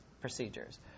procedures